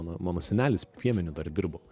mano mano senelis piemeniu dar dirbo